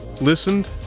listened